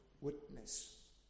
witness